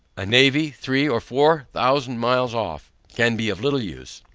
a navy three or four thousand miles off can be of little use,